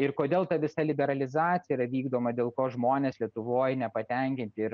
ir kodėl ta visa liberalizacija yra vykdoma dėl ko žmonės lietuvoj nepatenkinti ir